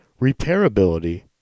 repairability